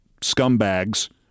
scumbags